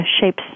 shapes